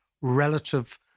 relative